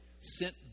sent